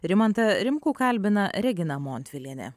rimantą rimkų kalbina regina montvilienė